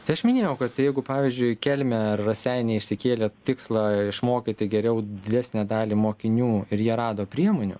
tai aš minėjau kad jeigu pavyzdžiui kelmė ar raseiniai išsikėlė tikslą išmokyti geriau didesnę dalį mokinių ir jie rado priemonių